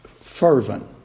Fervent